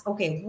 Okay